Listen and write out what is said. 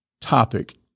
topic